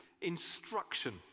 instruction